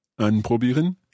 Anprobieren